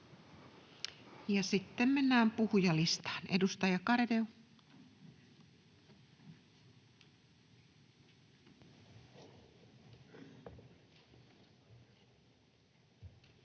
Sitten mennään puhujalistaan. — Edustaja Garedew.